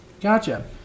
gotcha